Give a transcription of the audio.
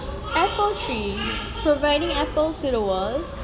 apple tree providing apples to the world